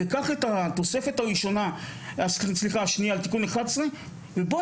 וקח את התוספת השנייה לתיקון 11. ובוא